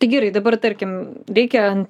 tai gerai dabar tarkim reikia